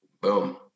boom